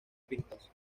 pistas